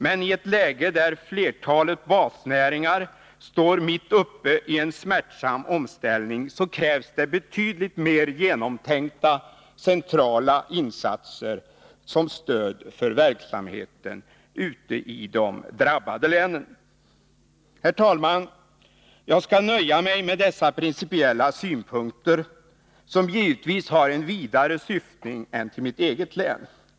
Men i ett läge där flertalet basnäringar står mitt uppe i en smärtsam omställning krävs betydligt mer genomtänkta centrala, statliga insatser till stöd för verksamheten i de drabbade länen. Herr talman! Jag skall nöja mig med dessa principiella synpunkter, som givetvis har en vidare syftning än till mitt eget län.